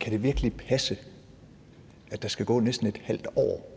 kan det virkelig passe, at der skal gå næsten et halvt år,